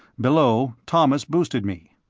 below, thomas boosted me.